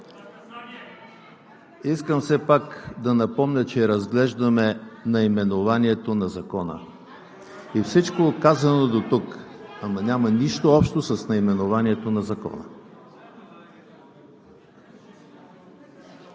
Искам все пак да напомня, че разглеждаме наименованието на Закона и всичко, казано дотук, няма нищо общо с наименованието на Закона.